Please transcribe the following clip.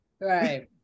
Right